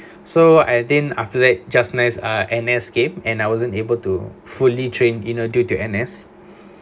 so I think after that just nice uh N_S came and I wasn't able to fully trained you know due to N_S